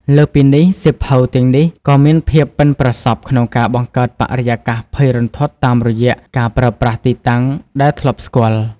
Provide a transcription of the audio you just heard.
លើសពីនេះ សៀវភៅទាំងនេះក៏មានភាពប៉ិនប្រសប់ក្នុងការបង្កើតបរិយាកាសភ័យរន្ធត់តាមរយៈការប្រើប្រាស់ទីតាំងដែលធ្លាប់ស្គាល់។